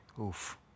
Oof